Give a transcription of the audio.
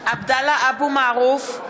(קוראת בשמות חברי הכנסת) עבדאללה אבו מערוף,